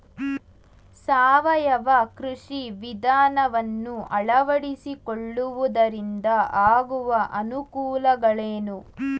ಸಾವಯವ ಕೃಷಿ ವಿಧಾನವನ್ನು ಅಳವಡಿಸಿಕೊಳ್ಳುವುದರಿಂದ ಆಗುವ ಅನುಕೂಲಗಳೇನು?